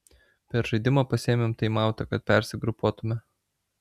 per žaidimą pasiėmėm taimautą kad persigrupuotume